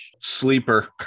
Sleeper